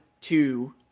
two